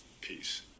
Peace